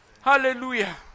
Hallelujah